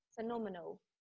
phenomenal